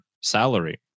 salary